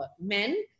Men